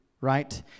right